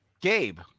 Gabe